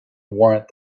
warrant